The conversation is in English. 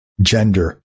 gender